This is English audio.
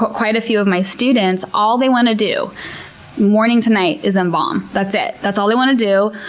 but quite a few of my students, all they want to do morning to night is embalm. that's it. that's all they want to do.